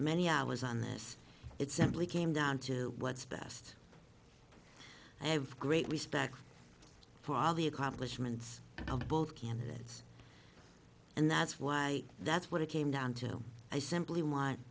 many hours on this it simply came down to what's best i have great respect for all the accomplishments of both candidates and that's why that's what it came down to i simply want